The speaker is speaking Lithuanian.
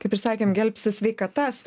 kaip ir sakėm gelbsti sveikatas